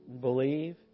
believe